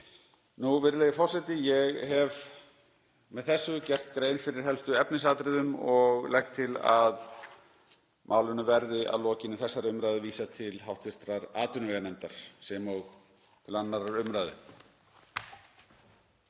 Virðulegi forseti. Ég hef með þessu gert grein fyrir helstu efnisatriðum og legg til að málinu verði að lokinni þessari umræðu vísað til hv. atvinnuveganefndar sem og til 2. umræðu.